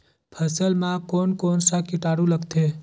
फसल मा कोन कोन सा कीटाणु लगथे?